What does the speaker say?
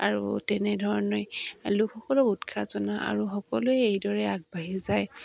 আৰু তেনেধৰণে লোকসকলক উৎসাহ জনোৱা আৰু সকলোৱে এইদৰে আগবাঢ়ি যায়